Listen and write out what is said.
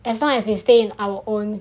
as long as we stay in our own